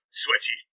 sweaty